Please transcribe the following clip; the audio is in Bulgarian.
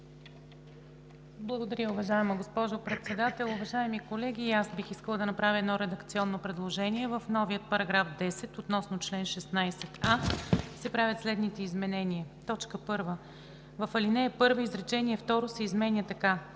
Благодаря, уважаема госпожо Председател. Уважаеми колеги, бих искала да направя едно редакционно предложение: „В новия § 10, относно чл. 16а, се правят следните изменения: „1. В ал. 1 изречение второ се изменя така: